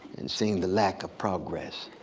and seeing the lack of progress,